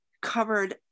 covered